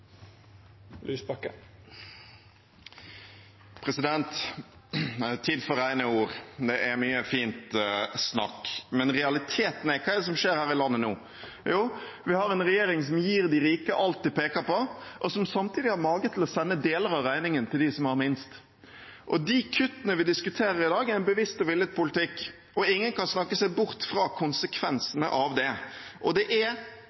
tid for rene ord. Det er mye fint snakk, men hva er realiteten, hva er det som skjer her i landet nå? Jo, vi har en regjering som gir de rike alt de peker på, og som samtidig har mage til å sende deler av regningen til dem som har minst. De kuttene vi diskuterer i dag, er en bevisst og villet politikk, og ingen kan snakke seg bort fra konsekvensene av det. Det er